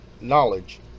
knowledge